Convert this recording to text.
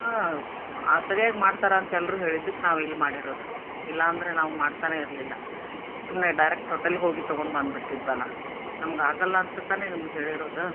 ಹಾಂ ಸರ್ಯಾಗಿ ಮಾಡ್ತಾರೆ ಅಂತ ಎಲ್ಲರೂ ಹೇಳಿದ್ದಕ್ಕೆ ನಾವು ಇಲ್ಲಿ ಮಾಡಿರೋದು ಇಲ್ಲಾಂದರೆ ನಾವು ಮಾಡ್ತನೇ ಇರಲಿಲ್ಲ ಸುಮ್ಮನೆ ಡೈರೆಕ್ಟ್ ಹೋಟೆಲ್ಗೆ ಹೋಗಿ ತೊಗೊಂಡು ಬಂದ್ಬಿಡ್ತಿದ್ವಲ್ವ ನಮಗೆ ಆಗೋಲ್ಲ ಅಂತ ತಾನೇ ನಿಮ್ಗೆ ಹೇಳಿರೋದು